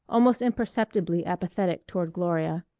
almost imperceptibly, apathetic toward gloria.